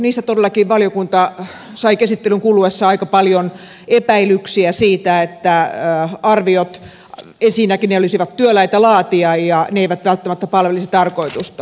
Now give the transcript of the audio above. todellakin valiokunta sai käsittelyn kuluessa aika paljon epäilyksiä siitä että arviot ensinnäkin olisivat työläitä laatia ja toiseksi ne eivät välttämättä palvelisi tarkoitustaan